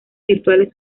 virtuales